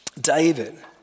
David